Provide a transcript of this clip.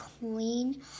queen